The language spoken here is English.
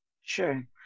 Sure